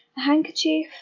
handkerchief,